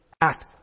act